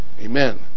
Amen